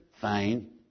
Fine